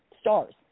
stars